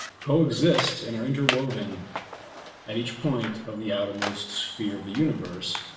coexist and are interwoven at each point of the outermost sphere of the universe.